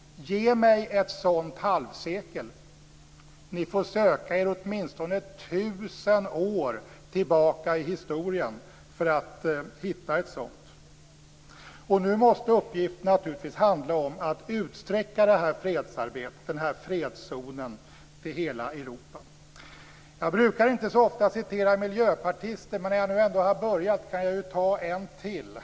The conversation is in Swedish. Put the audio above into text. Ge mig ett sådant halvsekel! Ni får söka er åtminstone 1 000 år tillbaka i historien för att hitta ett sådant. Nu måste uppgiften naturligtvis handla om att utsträcka detta fredsarbete - denna fredszon - till hela Europa. Jag brukar inte så ofta citera miljöpartister, men när jag nu ändå har börjat kan jag ta en till.